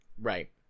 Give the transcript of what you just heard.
Right